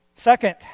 Second